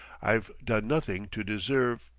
i've done nothing to deserve.